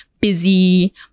busy